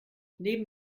neben